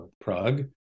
Prague